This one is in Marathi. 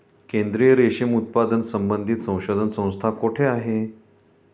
केंद्रीय रेशीम उत्पादन संबंधित संशोधन संस्था कोठे आहे?